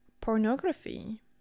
pornography